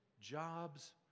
jobs